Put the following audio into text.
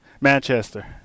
Manchester